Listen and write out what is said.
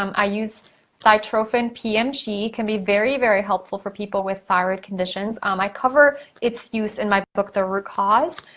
um i use thytrophin pmg can be very, very, helpful for people with thyroid conditions. um i cover it's use in my book, the root cause.